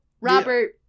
Robert